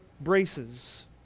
braces